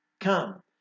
come